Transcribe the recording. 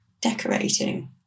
decorating